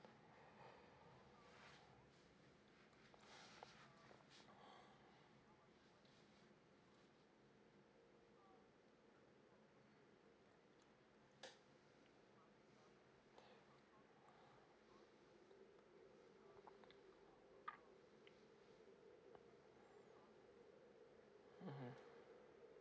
mmhmm